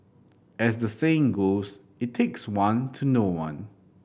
as the saying goes it takes one to know one